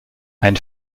ein